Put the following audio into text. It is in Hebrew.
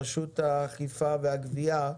רשות האכיפה והגבייה.